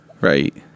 right